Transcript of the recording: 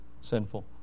sinful